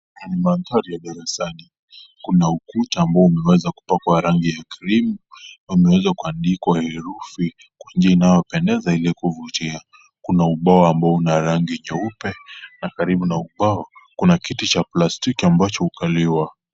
Haya ni madhari ya darasani, kuna ukuta ambao umepakwa rangi ya creme wameweza kuandikwa herufi kwa njia inayopendeza ili kuvutia, kuna ubao ambaonuna rangi nyeupe na karibu na ubao kuna kiti cha plastiki ambacho hukaliwa.